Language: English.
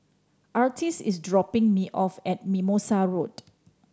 Artis is dropping me off at Mimosa Road